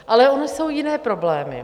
Ale ony jsou jiné problémy.